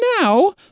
now